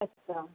अच्छा